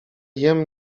jem